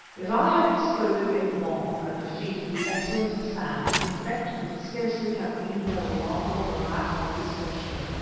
if i had exploded a bomb at the feet of the excellent hassan its effect could scarcely have been more remarkable than that of this question.